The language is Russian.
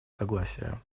согласия